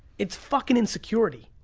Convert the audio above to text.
it's fucking insecurity.